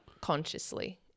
consciously